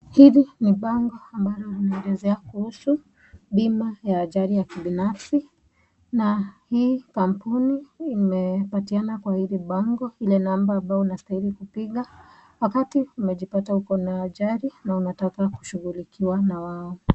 Hili ni bango ambalo linaelezea kuhusu bima ya ajali ya kibinafsi na hii kampuni imepatiana kwa hili bango ile namba ambao unastahili kupiga. Wakati umejipata uko na ajali na unataka kushughulikiwa na wao.